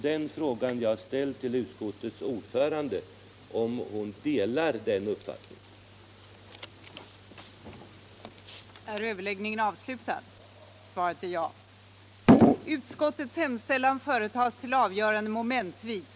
Den fråga jag ställde till utskottets ordförande är om hon delar den uppfattningen.